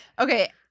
okay